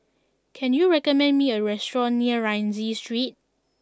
can you recommend me a restaurant near Rienzi Street